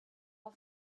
nur